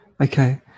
Okay